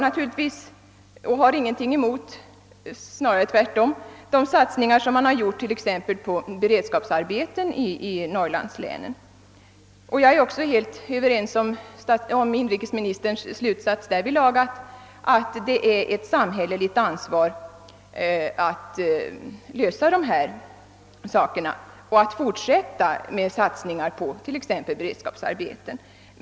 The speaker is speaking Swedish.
Naturligtvis har jag ingenting emot — snarare tvärtom — de satsningar som har gjorts på t.ex. beredskapsarbeten i norrlandslänen. Jag är också helt överens med inrikesministern om att det är samhället som har ansvaret för att dessa frågor löses och att man skall fortsätta med att satsa på beredskapsarbeten.